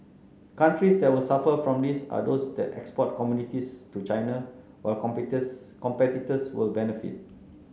countries that will suffer from this are those that export commodities to China while competitors will benefit